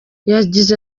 yagize